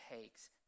takes